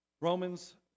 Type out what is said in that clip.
Romans